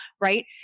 right